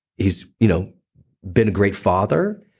he's you know been a great father,